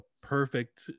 perfect